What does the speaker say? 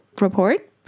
report